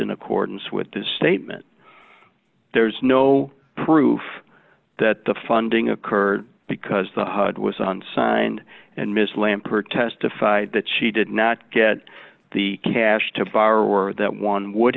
in accordance with the statement there's no proof that the funding occurred because the hud was unsigned and ms lampert testified that she did not get the cash to borrow or that one would